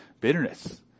Bitterness